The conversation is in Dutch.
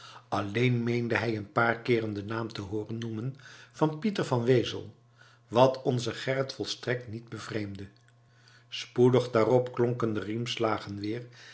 alleen meende hij een paar keeren den naam te hooren noemen van pieter van wezel wat onzen gerrit volstrekt niet bevreemde spoedig daarop klonken de riemslagen weer